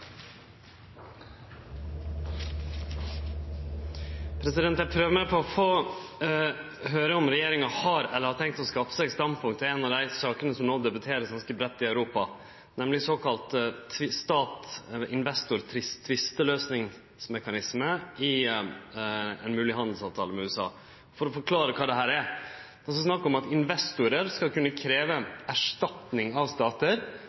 komme. Eg vil prøve å få høyre om regjeringa har eller har tenkt å skaffe seg eit standpunkt til ei av dei sakene som no vert debattert ganske breitt i Europa, nemleg den såkalla investor-stat-tvisteløysingsmekanismen i ein mogleg handelsavtale med USA. Lat meg forklare kva dette er: Det er snakk om at investorar skal kunne krevje erstatning av statar